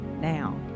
now